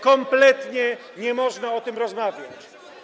Kompletnie nie można o tym rozmawiać.